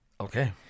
Okay